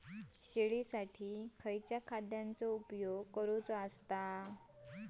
शेळीसाठी खयच्या खाद्यांचो उपयोग करायचो?